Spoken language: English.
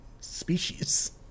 species